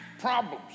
problems